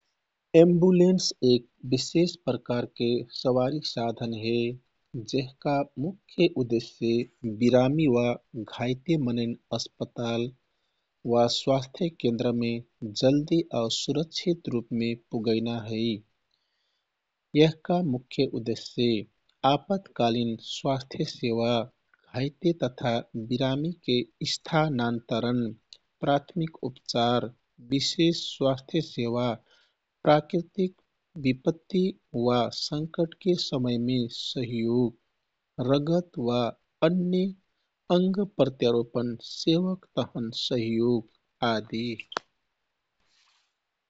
एम्बुलेन्स एक विशेष प्रकारके सवारी साधन हे। जेहका मुख्य उद्देश्य बिरामी वा घाइते मनैन अस्पताल वा स्वास्थ्य केन्द्रमे जल्दि आउ सुरक्षित रूपमे पुगैना है। यहका मुख्य उद्देश्यः आपतकालिन स्वास्थ्य सेवा, घाइते तथा बिरामीके स्थानान्तरण, प्राथमिक उपचार, विशेष स्वास्थ्य सेवा, प्राकृतिक विपत्ति वा संकटके समयमे सहयोग, रगत वा अन्य अंग प्रत्यारोपन सेवाक तहन सहयोग आदि।